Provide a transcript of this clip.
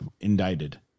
indicted